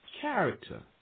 character